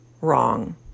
wrong